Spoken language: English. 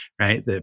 right